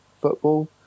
football